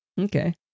Okay